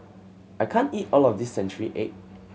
I can't eat all of this century egg